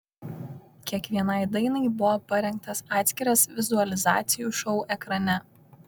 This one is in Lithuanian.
kiekvienai dainai buvo parengtas atskiras vizualizacijų šou ekrane